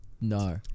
No